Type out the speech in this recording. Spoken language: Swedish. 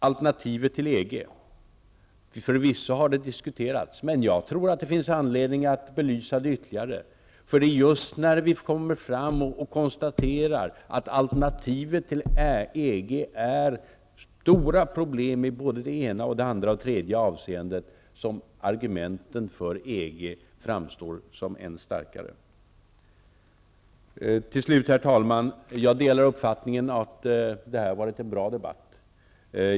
Alternativet till EG: Förvisso har det diskuterats, men jag tror att det finns anledning att belysa det ytterligare, för det är just när vi kommer fram till att konstatera att alternativet är stora problem i såväl det ena, det andra som det tredje avseendet som argumenten för EG framstår som än starkare. Till slut, herr talman: Jag delar uppfattningen att det här har varit en bra debatt.